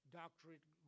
doctorate